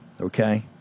okay